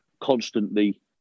constantly